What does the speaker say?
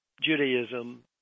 Judaism